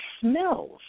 smells